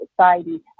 society